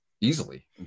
easily